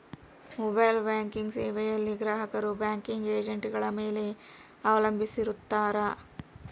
mobile banking ಸೇವೆಯಲ್ಲಿ ಗ್ರಾಹಕರು banking ಏಜೆಂಟ್ಗಳ ಮೇಲೆ ಅವಲಂಬಿಸಿರುತ್ತಾರ